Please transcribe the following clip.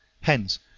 Hence